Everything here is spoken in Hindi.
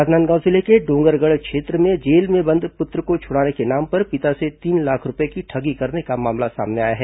राजनांदगांव जिले के डोंगरगढ़ क्षेत्र में जेल में बंद पुत्र को छुड़ाने के नाम पर पिता से तीन लाख रूपये की ठगी करने का मामला सामने आया है